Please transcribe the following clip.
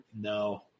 No